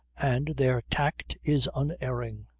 and their tact is unerring.